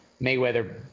Mayweather